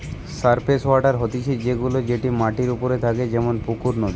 surface water হতিছে সে গুলা যেটি মাটির ওপরে থাকে যেমন পুকুর, নদী